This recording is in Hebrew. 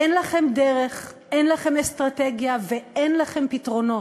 אין לכם דרך, אין לכם אסטרטגיה ואין לכם פתרונות.